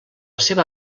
seva